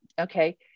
Okay